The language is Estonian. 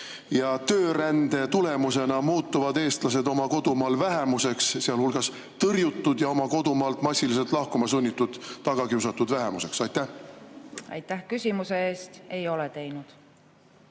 ja töörände tulemusena muutuvad eestlased oma kodumaal vähemuseks, sealhulgas tõrjutud ja oma kodumaalt massiliselt lahkuma sunnitud tagakiusatud vähemuseks? Aitäh, härra eesistuja! Lugupeetud